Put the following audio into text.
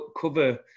cover